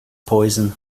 poison